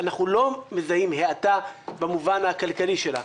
אנחנו לא מזהים האטה במובן הכלכלי שלה.